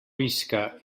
visca